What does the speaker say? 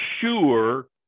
sure